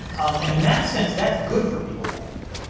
and in that sense, that's good for people like me.